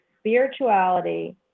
spirituality